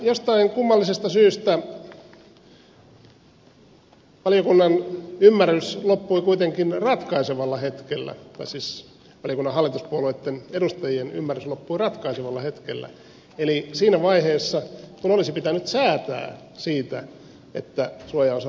jostain kummallisesta syystä valiokunnan hallituspuolueitten edustajien ymmärrys loppui kuitenkin ratkaisevalla hetkellä pesis ryn alle puolet edustajien ymmärrys loppuu ratkaisevalla hetkellä eli siinä vaiheessa kun olisi pitänyt säätää siitä että suojaosaa laajennetaan